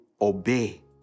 obey